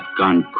done.